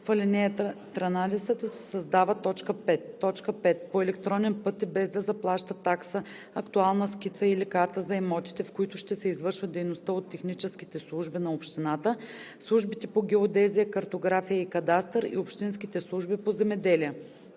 в ал. 13 се създава т. 5: „5. по електронен път и без да заплаща такса актуална скица или карта за имотите, в които ще се извършва дейността от техническите служби на общините, службите по геодезия, картография и кадастър и общинските служби по земеделие.“